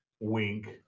Wink